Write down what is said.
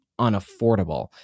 unaffordable